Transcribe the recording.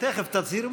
הכרזה על מצב חירום